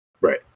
Right